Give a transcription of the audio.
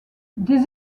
des